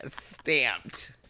Stamped